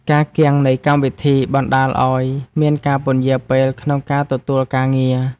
ការគាំងនៃកម្មវិធី បណ្ដាលឱ្យមានការពន្យារពេលក្នុងការទទួលការងារ។